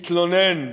התלונן.